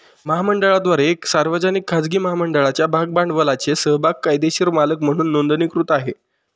महामंडळाद्वारे एक सार्वजनिक, खाजगी महामंडळाच्या भाग भांडवलाचे समभाग कायदेशीर मालक म्हणून नोंदणीकृत आहे